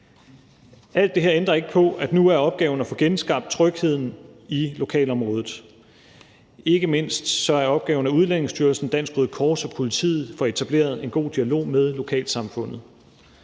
Alt det her ændrer ikke på, at nu er opgaven at få genskabt trygheden i lokalområdet. Ikke mindst er opgaven, at Udlændingestyrelsen, Dansk Røde Kors og politiet får etableret en god dialog med lokalsamfundet.